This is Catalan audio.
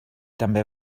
també